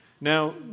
Now